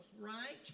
right